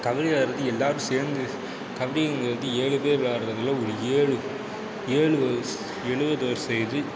கபடி விளையாடுறத எல்லோரும் சேர்ந்து கபடிங்கிறது ஏழு பேர் விளையாடுறது இல்லை ஒரு ஏழு ஏழு வருஷ எழுவது வருட இது